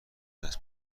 دست